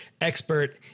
expert